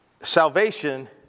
Salvation